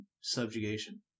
subjugation